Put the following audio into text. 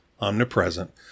omnipresent